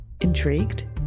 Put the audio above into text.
Intrigued